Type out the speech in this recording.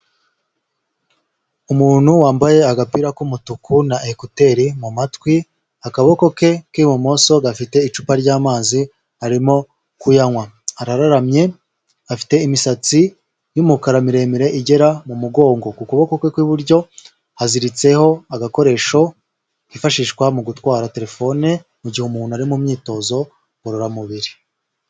Umuntu wambaye agapira k'umutuku na ekuteri mu matwi, akaboko ke k'ibumoso gafite icupa ry'amazi arimo kuyanywa, arararamye afite imisatsi y'umukara miremire igera mu mugongo, ku kuboko kwe kw'iburyo haziritseho agakoresho kifashishwa mu gutwara telefone, mu gihe umuntu ari mu myitozo ngororamubiri.